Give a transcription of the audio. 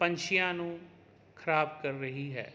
ਪੰਛੀਆਂ ਨੂੰ ਖਰਾਬ ਕਰ ਰਹੀ ਹੈ